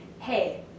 Hey